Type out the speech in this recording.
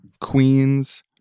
queens